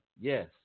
Yes